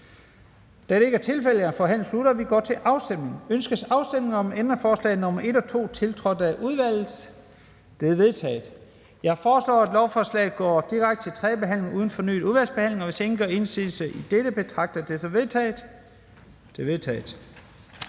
Lahn Jensen): Der stemmes om ændringsforslaget til L 176. Ønskes afstemning om ændringsforslag nr. 1, tiltrådt af udvalget? Det er vedtaget. Jeg foreslår, at lovforslagene går direkte til tredje behandling uden fornyet udvalgsbehandling. Hvis ingen gør indsigelse mod dette, betragter jeg det som vedtaget. Det er vedtaget.